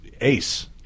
Ace